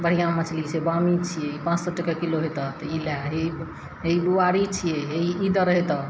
बढ़िआँ मछली छियै बामी छियै ई पॉँच सए टके किलो हेतऽ तऽ ई लए हे ई बुआरी छियै हे ई ई दर हेतऽ